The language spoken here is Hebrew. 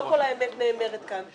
לא כל האמת נאמרת כאן,